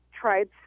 tried